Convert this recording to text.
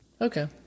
Okay